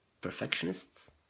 perfectionists